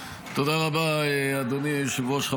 תודה רבה, אדוני היושב-ראש.